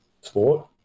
sport